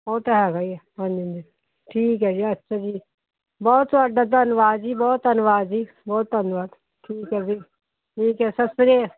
ਉਹ ਤਾਂ ਹੈਗਾ ਹੀ ਆ ਹਾਂਜੀ ਹਾਂਜੀ ਠੀਕ ਹੈ ਜੀ ਅੱਛਾ ਜੀ ਬਹੁਤ ਤੁਹਾਡਾ ਧੰਨਵਾਦ ਜੀ ਬਹੁਤ ਧੰਨਵਾਦ ਜੀ ਬਹੁਤ ਧੰਨਵਾਦ ਠੀਕ ਹੈ ਜੀ ਠੀਕ ਹੈ ਸਤਿ ਸ਼੍ਰੀ ਅਕਾਲ